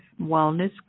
Wellness